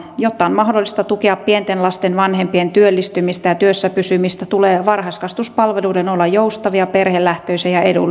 jotta on mahdollista tukea pienten lasten vanhempien työllistymistä ja työssä pysymistä tulee varhaiskasvatuspalveluiden olla joustavia perhelähtöisiä ja edullisia